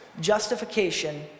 justification